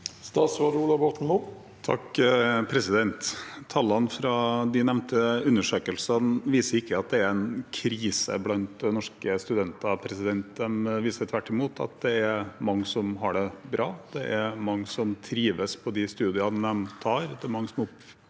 Statsråd Ola Borten Moe Tallene fra de nevnte undersøkelsene viser ikke at det er en krise blant norske studenter. De viser tvert imot at det er mange som har det bra. Det er mange som trives på de studiene man går på. Det er mange som opplever